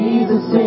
Jesus